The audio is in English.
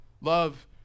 love